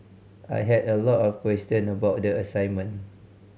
I had a lot of question about the assignment